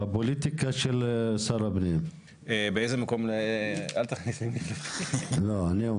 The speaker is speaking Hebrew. בפוליטיקה של שר הפנים, את זה אני אומר.